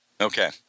Okay